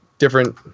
different